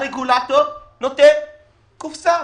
הרגולטור נותן קופסה.